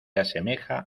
asemeja